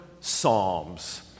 Psalms